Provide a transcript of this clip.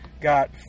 got